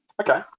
Okay